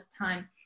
time